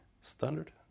standard